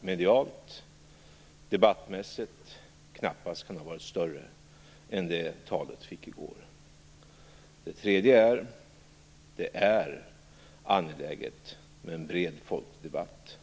medialt och debattmässigt knappast kunde ha varit större för talet i går. Det tredje är att det är angeläget med en bred folklig debatt.